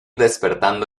despertando